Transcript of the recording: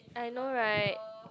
I know right